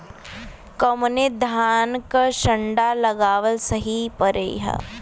कवने धान क संन्डा लगावल सही परी हो?